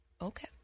Okay